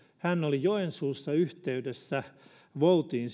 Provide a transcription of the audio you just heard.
hän oli joensuussa yhteydessä voutiin